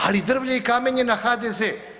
Ali drvlje i kamenje na HDZ.